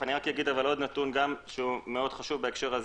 אבל אני אגיד עוד נתון מאוד חשוב בהקשר,